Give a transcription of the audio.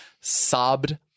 sobbed